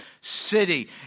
city